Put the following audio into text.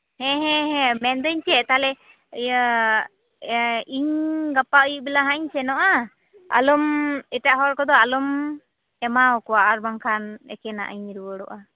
ᱦᱮᱸ ᱦᱮᱸ ᱦᱮᱸ ᱢᱮᱱᱫᱟᱹᱧ ᱪᱮᱫ ᱛᱟᱦᱚᱞᱮ ᱤᱭᱟᱹ ᱤᱧ ᱜᱟᱯᱟ ᱟᱭᱩᱵ ᱵᱮᱲᱟ ᱦᱟᱸᱜ ᱤᱧ ᱥᱮᱱᱚᱜᱼᱟ ᱟᱞᱚᱢ ᱮᱴᱟᱜ ᱦᱚᱲ ᱠᱚᱫᱚ ᱟᱞᱚᱢ ᱮᱢᱟᱣᱟᱠᱚᱣᱟ ᱟᱨ ᱵᱟᱝᱠᱷᱟᱱ ᱮᱠᱮᱱᱟᱜ ᱤᱧ ᱨᱩᱣᱟᱹᱲᱚᱜᱼᱟ